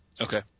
Okay